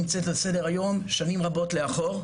גיל הפרישה נמצאת על סדר היום שנים רבות לאחור,